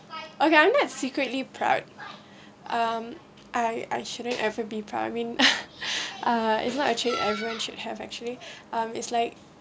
I not secretly proud um I I shouldn't ever be proud I mean uh if not actually everyone should have actually um it's like